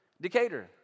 Decatur